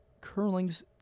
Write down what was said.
Curling's